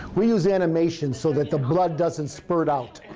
we use animation so that the blood doesn't spurt out.